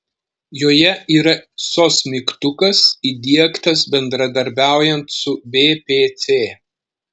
joje yra sos mygtukas įdiegtas bendradarbiaujant su bpc